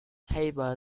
haber